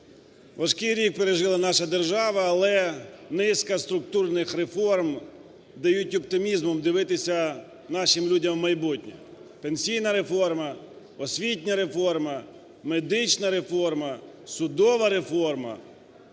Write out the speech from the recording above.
Важкий рік пережила наша держава, але низка структурних реформ дають з оптимізмом дивитися нашим людям у майбутнє: пенсійна реформа, освітня реформа, медична реформа, судова реформа.